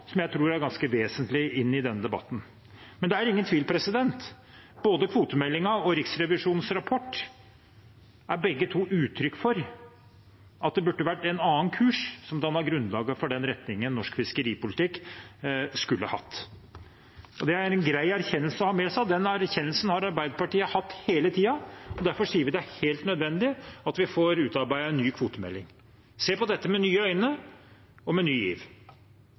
som jeg tror er ganske vesentlig i den debatten. Det er ingen tvil om at både kvotemeldingen og Riksrevisjonens rapport er uttrykk for at det burde ha vært en annen kurs som dannet grunnlaget for retningen i norsk fiskeripolitikk. Det er en grei erkjennelse å ha med seg, og den erkjennelsen har Arbeiderpartiet hatt hele tiden. Derfor sier vi det er helt nødvendig at vi får utarbeidet en ny kvotemelding og ser på dette med nye øyne og med ny giv.